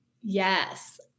Yes